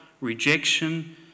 rejection